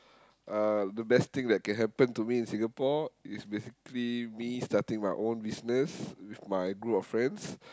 uh the best thing that can happen to me in Singapore is basically me starting my own business with my group of friends